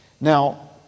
now